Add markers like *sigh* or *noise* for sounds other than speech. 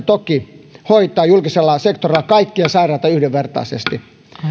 *unintelligible* toki teidän ammattitaitoonne hoitaa julkisella sektorilla kaikkia sairaita yhdenvertaisesti